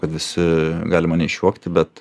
kad visi gali mane išjuokti bet